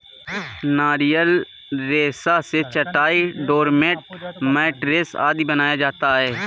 नारियल रेशा से चटाई, डोरमेट, मैटरेस आदि बनाया जाता है